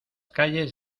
calles